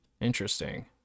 Interesting